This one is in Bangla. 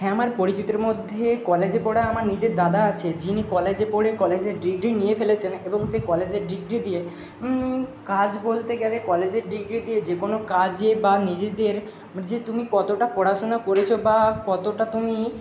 হ্যাঁ আমার পরিচিতর মধ্যে কলেজে পড়া আমার নিজের দাদা আছে যিনি কলেজে পড়ে কলেজের ডিগ্রি নিয়ে ফেলেছেন এবং সেই কলেজের ডিগ্রি দিয়ে কাজ বলতে গেলে কলেজের ডিগ্রি দিয়ে যে কোনো কাজে বা নিজেদের যে তুমি কতটা পড়াশুনো করেছো বা কতটা তুমি